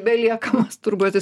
belieka masturbuotis